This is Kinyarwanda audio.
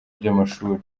by’amashuri